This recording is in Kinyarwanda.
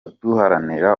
duharanira